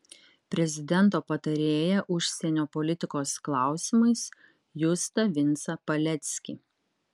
prezidento patarėją užsienio politikos klausimais justą vincą paleckį